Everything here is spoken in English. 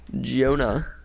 Jonah